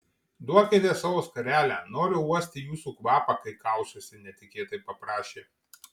duokite savo skarelę noriu uosti jūsų kvapą kai kausiuosi netikėtai paprašė